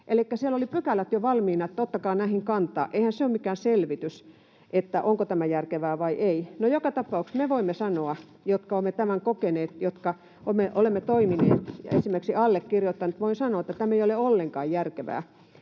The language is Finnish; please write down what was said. siellä oli pykälät jo valmiina, että ottakaa näihin kantaa. Eihän se ole mikään selvitys, onko tämä järkevää vai ei. No, joka tapauksessa me, jotka olemme tämän kokeneet, jotka olemme toimineet, esimerkiksi allekirjoittanut, voimme sanoa, että tämä ei ole ollenkaan järkevää.